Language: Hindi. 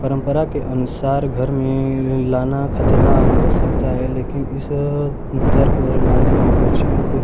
परम्परा के अनुसार घर में लाना खतरनाक हो सकता है लेकिन इस कुतर्क और माली वि पक्षियों को